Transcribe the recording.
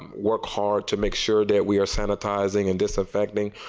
work hard to make sure that we are sanitizing and disinfecting,